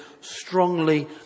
strongly